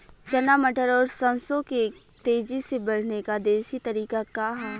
चना मटर और सरसों के तेजी से बढ़ने क देशी तरीका का ह?